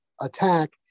attack